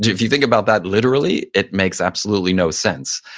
if you think about that literally, it makes absolutely no sense.